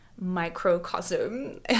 microcosm